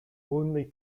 only